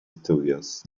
studios